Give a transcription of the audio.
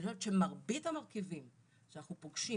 אני חושבת שמרבית המרכיבים שאנחנו פוגשים